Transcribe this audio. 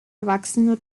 erwachsene